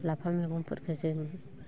लाफा मेगंफोरखो जों